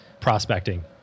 prospecting